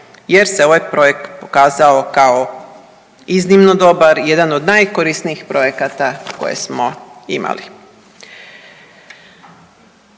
jer se ovaj projekt pokazao kao iznimno dobar i jedan od najkorisnijih projekata koje smo imali.